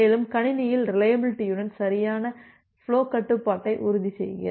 மேலும் கணினியில் ரிலையபிலிட்டியுடன் சரியான ஃபுலோக் கட்டுப்பாட்டை உறுதிசெய்க